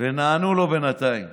ונענו לו בינתיים.